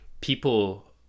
people